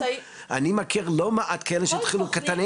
אני מכיר לא מעט כאלה שהתחילו כקטנים.